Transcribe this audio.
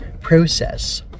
process